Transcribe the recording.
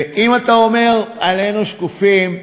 אם אתה אומר עלינו "שקופים"